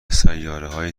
سیارههای